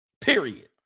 Period